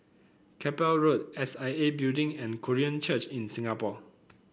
Keppel Road S I A Building and Korean Church in Singapore